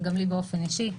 וגם לי באופן אישי.